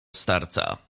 starca